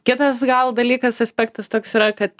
kitas gal dalykas aspektas toks yra kad